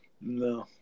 no